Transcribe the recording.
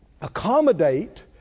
accommodate